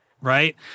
Right